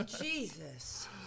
Jesus